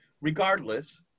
Regardless